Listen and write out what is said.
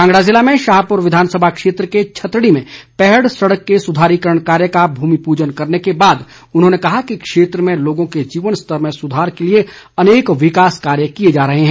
कांगड़ा जिले में शाहपुर विधानसभा क्षेत्र के छतड़ी में पैहड़ सड़क के सुधारीकरण कार्य का भूमि पूजन करने के बाद उन्होंने कहा कि क्षेत्र में लोगों के जीवन स्तर में सुधार के लिए अनेक विकास कार्य किए जा रहे हैं